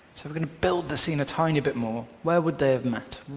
so build the scene a tiny bit more. where would they have met?